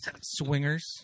swingers